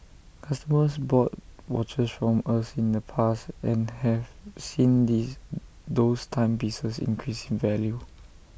customers bought watches from us in the past and have seen these those timepieces increase in value